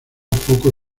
poco